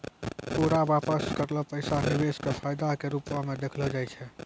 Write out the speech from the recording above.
पूरा वापस करलो पैसा निवेश के फायदा के रुपो मे देखलो जाय छै